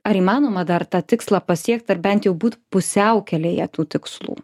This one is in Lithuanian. ar įmanoma dar tą tikslą pasiekti ar bent jau būt pusiaukelėje tų tikslų